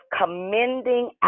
commending